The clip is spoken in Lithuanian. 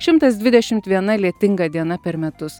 šimtas dvidešimt viena lietinga diena per metus